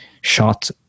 shot